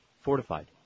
fortified